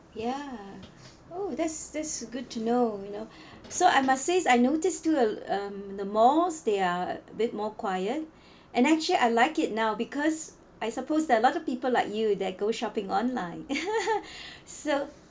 ya oh that's that's good to know you know so I must say I noticed too um the malls they are a bit more quiet and actually I like it now because I suppose there are a lot of people like you that go shopping online so